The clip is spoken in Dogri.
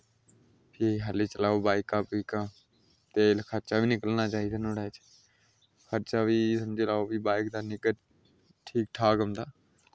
फ्ही खाल्ली चलाओ बाईकां बुईकां तेल खर्चा बी निकलना चाहिदा नोहाड़ै च खर्चा बी समझी लाओ फ्ही बाईक दा निग्गर ठीक ठाक औंदा